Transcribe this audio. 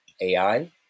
AI